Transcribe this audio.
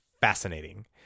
fascinating